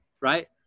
Right